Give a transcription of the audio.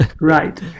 Right